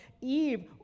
Eve